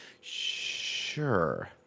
Sure